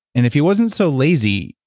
and if he wasn't so lazy,